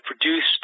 produced